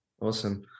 Awesome